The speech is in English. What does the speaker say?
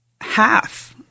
half –